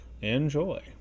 Enjoy